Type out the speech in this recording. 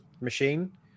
machine